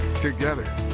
Together